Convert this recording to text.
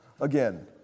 again